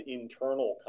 internal